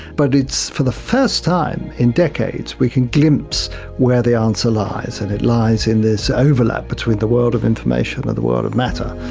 but it's for the first time in decades we can glimpse where the answer lies, and it lies in this overlap between the world of information and the world of matter,